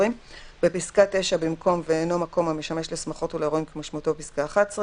שהגורם המפעיל הוא שאחראי